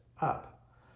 up